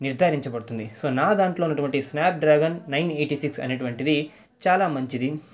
నిర్ధారించబడుతుంది so నా దాంట్లో ఉన్నటువంటి స్నాప్డ్రాగన్ నైన్ ఎయిటీ సిక్స్ అనేటువంటిది చాలా మంచిది